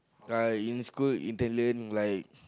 uh in school Italian like